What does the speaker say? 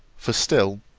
for still,